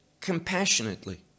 compassionately